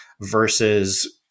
versus